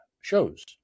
shows